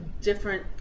different